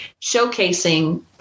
showcasing